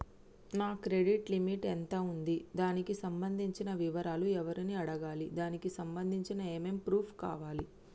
నా credit limit ఎంత ఉంది? దానికి సంబంధించిన వివరాలు ఎవరిని అడగాలి? దానికి సంబంధించిన ఏమేం ప్రూఫ్స్ కావాలి?